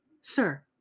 Sir